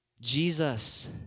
Jesus